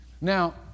Now